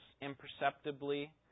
imperceptibly